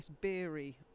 beery